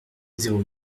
zéro